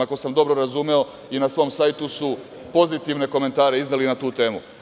Ako sam dobro razumeo, i na svom sajtu su pozitivne komentare izneli na tu temu.